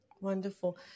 wonderful